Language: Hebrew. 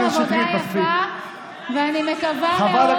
שכן יש מי שמאזין לנו כאן ושומע לא